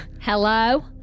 Hello